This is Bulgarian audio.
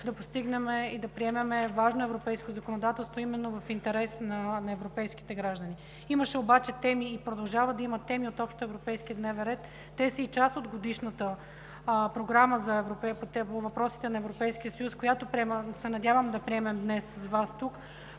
да постигнем и да приемем важно европейско законодателство в интерес на европейските граждани. Имаше теми и продължава да има теми от общоевропейския дневен ред. Те са и част от Годишната програма по въпросите на Европейския съюз, която се надявам да приемем днес с Вас,